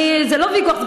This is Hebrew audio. וזה לא ויכוח.